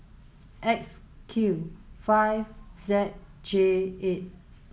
X Q five Z J